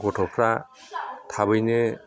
गथ'फ्रा थाबैनो